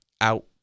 out